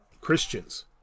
christians